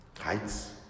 Heights